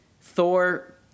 Thor